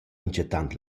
minchatant